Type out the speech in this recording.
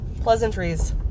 pleasantries